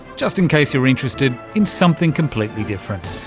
just in case you're interested in something completely different.